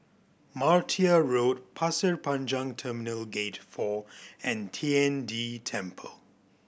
Martia Road Pasir Panjang Terminal Gate Four and Tian De Temple